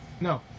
No